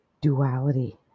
duality